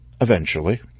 Eventually